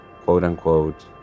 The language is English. quote-unquote